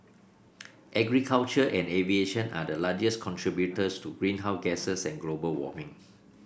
agriculture and aviation are the largest contributors to greenhouse gases and global warming